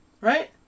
right